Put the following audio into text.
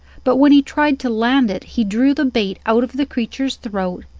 but when he tried to land it he drew the bait out of the creature's throat,